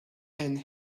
and